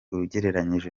ugereranyije